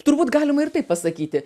turbūt galima ir taip pasakyti